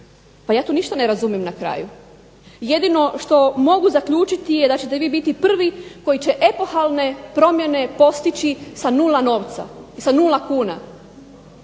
Pa ja tu ništa ne razumijem na kraju. Jedino što mogu zaključiti je da ćete vi biti prvi koji će epohalne promjene postići sa nula novca, sa nula kuna.